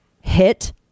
hit